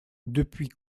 depuis